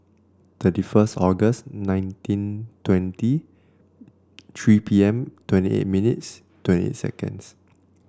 thirty first August nineteen twenty three P M twenty eight minutes twenty seconds